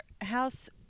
house